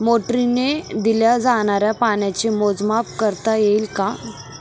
मोटरीने दिल्या जाणाऱ्या पाण्याचे मोजमाप करता येईल का?